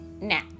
Now